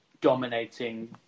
dominating